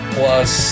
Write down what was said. Plus